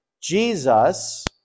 Jesus